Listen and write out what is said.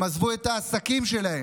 הם עזבו את העסקים שלהם,